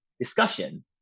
discussion